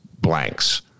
blanks